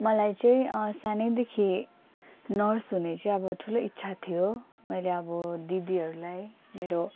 मलाई चाहिँ सानैदेखि नर्स हुने चाहिँ अब ठुलो इच्छा थियो मैले अब दिदीहरूलाई मेरो